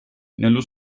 nello